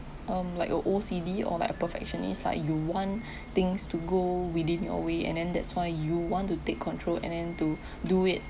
um like a O_C_D or like a perfectionist lah you want things to go within your way and then that's why you want to take control and then to do it